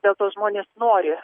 dėl to žmonės nori